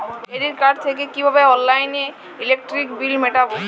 Credit card থেকে কিভাবে অনলাইনে ইলেকট্রিক বিল মেটাবো?